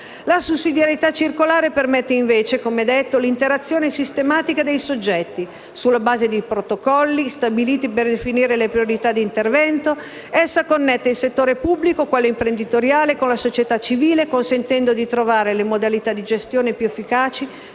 La sussidiarietà circolare permette invece, come si è detto, l'interazione sistematica dei soggetti: sulla base di protocolli stabiliti per definire le priorità di intervento, essa connette il settore pubblico e quello imprenditoriale con la società civile, consentendo di trovare le modalità di gestione più efficaci